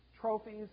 trophies